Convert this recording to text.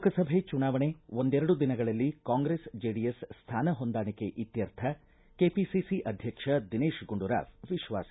ಲೋಕಸಭೆ ಚುನಾವಣೆ ಒಂದೆರಡು ದಿನಗಳಲ್ಲಿ ಕಾಂಗ್ರೆಸ್ ಜೆಡಿಎಸ್ ಸ್ಮಾನ ಹೊಂದಾಣಿಕೆ ಕೆಪಿಸಿಸಿ ಅದ್ದಕ್ಷ ದಿನೇತ್ ಗುಂಡೂರಾವ್ ವಿಶ್ವಾಸ